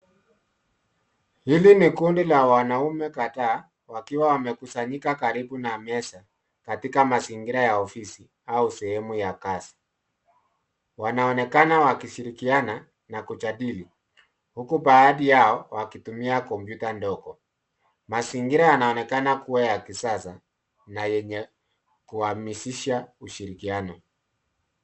Hili ni kundi la wanaume kadhaa wakiwa wamekusanyika karibu na meza katika mazingira ya ofisi au sehemu ya kazi. Wanaonekana wakishirikiana na kujadili, huku baadhi yao wakitumia kompyuta ndogo. Mazingira yanaonekana kuwa ya kisasa na yenye kuhamasisha ushirikiano.